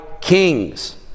kings